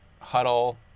Huddle